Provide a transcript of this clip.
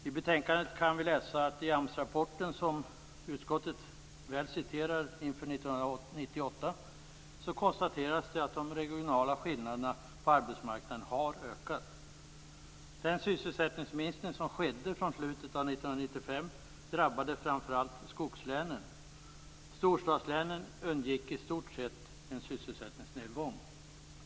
I betänkandet kan vi läsa att i AMS-rapporten, som utskottet citerar inför 1998, konstateras det att de regionala skillnaderna på arbetsmarknaden har ökat. Den sysselsättningsminskning som skedde från slutet av 1995 drabbade framför allt skogslänen. Storstadslänen undgick i stort sett en sysselsättningsnedgång.